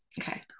Okay